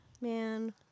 Man